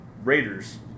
Raiders